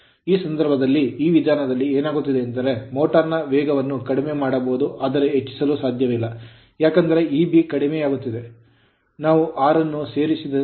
ಈ ಸಂದರ್ಭದಲ್ಲಿ ಈ ವಿಧಾನದಲ್ಲಿ ಏನಾಗುತ್ತಿದೆ ಎಂದರೆ ಮೋಟರ್ ನ ವೇಗವನ್ನು ಕಡಿಮೆ ಮಾಡಬಹುದು ಆದರೆ ಹೆಚ್ಚಿಸಲು ಸಾಧ್ಯವಿಲ್ಲ ಏಕೆಂದರೆ Eb ಕಡಿಮೆಯಾಗುತ್ತಿದೆ ಏಕೆಂದರೆ ನಾವು R ಅನ್ನು ಸೇರಿಸಿದ್ದೇವೆ